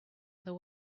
other